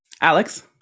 Alex